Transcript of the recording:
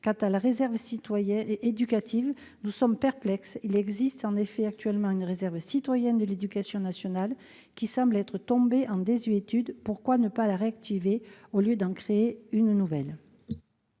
Quant à la réserve éducative, nous sommes perplexes ... Il existe en effet actuellement une réserve citoyenne de l'éducation nationale, qui semble être tombée en désuétude. Pourquoi ne pas la réactiver, au lieu d'en créer une nouvelle ?